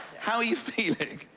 how are you feeling?